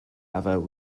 other